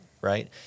right